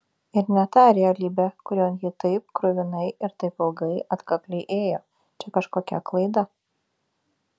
ir ne ta realybė kurion ji taip kruvinai ir taip ilgai atkakliai ėjo čia kažkokia klaida